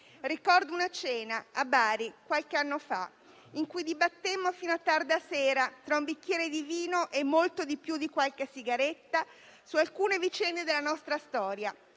Ricordo una cena a Bari, qualche anno fa, in cui dibattemmo fino a tarda sera tra un bicchiere di vino e molto di più di qualche sigaretta, su alcune vicende della nostra storia.